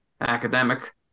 academic